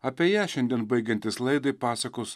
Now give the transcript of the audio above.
apie ją šiandien baigiantis laidai pasakos